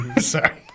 Sorry